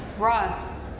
Ross